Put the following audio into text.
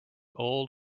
old